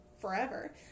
forever